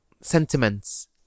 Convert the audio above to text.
sentiments